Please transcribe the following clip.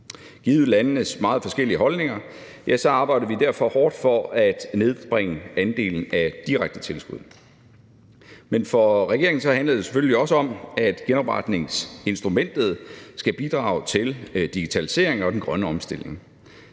Givet landenes meget forskellige holdninger, arbejdede vi derfor hårdt for at nedbringe andelen af direkte tilskud. Men det handlede selvfølgelig også for regeringen om, at genopretningsinstrumentet skal bidrage til digitalisering og den grønne omstilling.